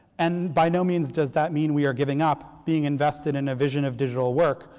and by no means does that mean we are giving up being invested in a vision of digital work,